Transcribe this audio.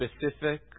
specific